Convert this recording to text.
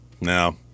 No